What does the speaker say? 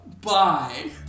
bye